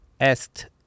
asked